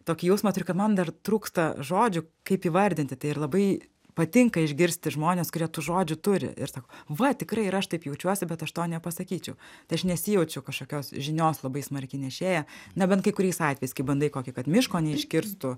tokį jausmą turiu kad man dar trūksta žodžių kaip įvardinti tai ir labai patinka išgirsti žmones kurie tų žodžių turi ir sako va tikrai ir aš taip jaučiuosi bet aš to nepasakyčiau tai aš nesijaučiu kažkokios žinios labai smarkiai nešėja nebent kai kuriais atvejais kai bandai kokį kad miško neiškirstų